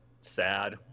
sad